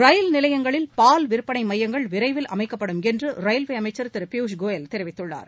ரயில் நிலைபங்களில் பால் விற்பனை மையங்கள் விரைவில் அமைக்கப்படும் என்று ரயில்வே அமைச்சர் திரு பியூஷ் கோயல் தெரிவித்துள்ளர்